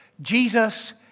Jesus